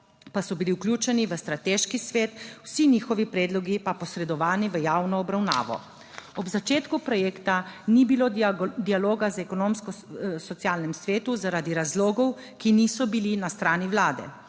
pa so bili vključeni v strateški svet, vsi njihovi predlogi pa posredovani v javno obravnavo. Ob začetku projekta ni bilo dialoga z Ekonomsko-socialnem svetu zaradi razlage, **10. TRAK: (DAG) -